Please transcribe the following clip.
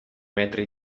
metri